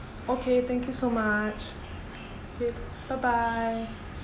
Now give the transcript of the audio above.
okay thank you so much okay bye bye